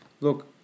look